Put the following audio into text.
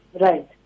Right